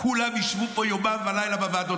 כולם ישבו פה יומם ולילה בוועדות.